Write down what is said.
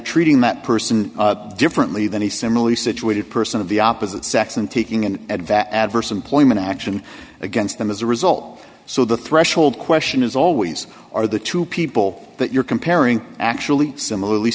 treating that person differently than a similarly situated person of the opposite sex and taking an advent adverse employment action against them as a result so the threshold question is always are the two people that you're comparing actually similarly